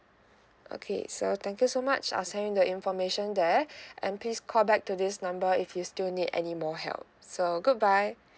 okay so thank you so much I'll send you the information there and please call back to this number if you still need any more help so good bye